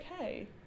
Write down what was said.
okay